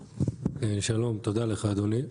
שלום, תודה לך אדוני.